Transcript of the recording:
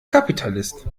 kapitalist